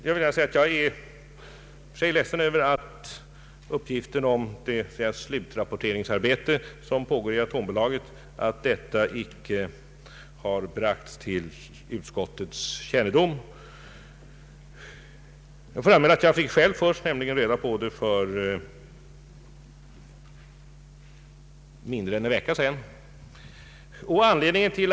Jag vill gärna uttala att jag själv är ledsen över att uppgiften om det slutrapporteringsarbete som pågår i Atombolaget inte bragts till utskottets kännedom. Jag fick nämligen själv reda på det för mindre än en vecka sedan.